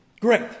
Great